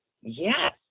Yes